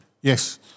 Yes